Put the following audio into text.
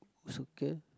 soup can